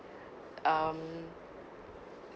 um